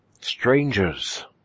Strangers